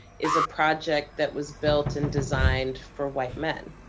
is a project that was built and designed for white men.